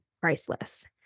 priceless